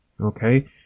Okay